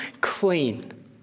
clean